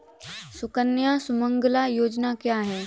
सुकन्या सुमंगला योजना क्या है?